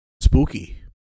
Spooky